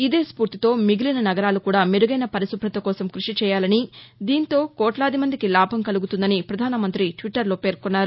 ఇదే స్పూర్తితో మిగిలిన నగరాలు కూడా మెరుగైన పరిశుభ్రత కోసం కృషి చేయాలనిదీంతో కోట్లాది మందికి లాభం కలుగుతుందని ప్రధానమంతి ట్విట్టర్లో పేర్కొన్నారు